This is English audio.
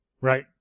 Right